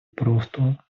просто